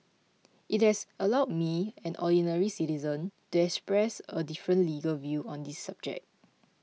it has allowed me an ordinary citizen to express a different legal view on this subject